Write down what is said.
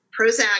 Prozac